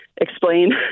explain